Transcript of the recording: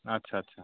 अच्छा अच्छा